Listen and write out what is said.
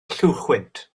lluwchwynt